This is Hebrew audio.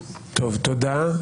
תודה.